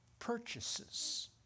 Purchases